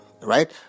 right